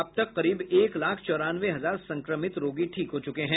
अब तक करीब एक लाख चौरानवे हजार संक्रमित रोगी ठीक हो चुके हैं